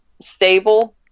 stable